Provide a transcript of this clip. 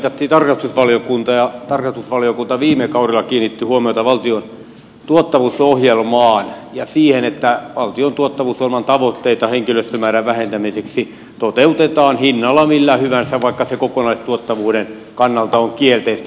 täällä viitattiin tarkastusvaliokuntaan ja tarkastusvaliokunta viime kaudella kiinnitti huomiota valtion tuottavuusohjelmaan ja siihen että valtion tuottavuusohjelman tavoitteita henkilöstömäärän vähentämiseksi toteutetaan hinnalla millä hyvänsä vaikka se kokonaistuottavuuden kannalta on kielteistä